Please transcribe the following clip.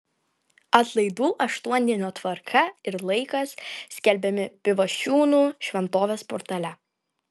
atlaidų aštuondienio tvarka ir laikas skelbiami pivašiūnų šventovės portale